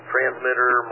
Transmitter